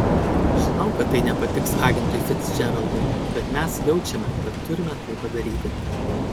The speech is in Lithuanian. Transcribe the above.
žinau kad tai nepatiks agentui ficdžeraldui bet mes jaučiame kad turime tai padaryti